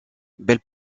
belle